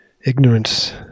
ignorance